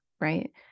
right